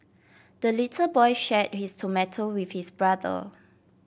the little boy shared his tomato with his brother